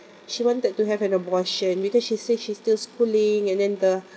she wanted to have an abortion because she say she still schooling and then the